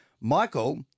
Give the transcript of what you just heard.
Michael